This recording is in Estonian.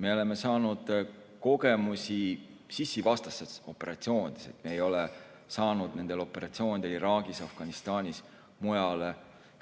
Me oleme saanud kogemusi sissivastastes operatsioonides. Me ei ole saanud operatsioonidel Iraagis, Afganistanis ja mujal